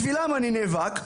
בשבילם אני נאבק,